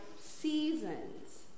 seasons